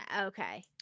Okay